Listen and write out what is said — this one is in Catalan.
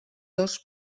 dos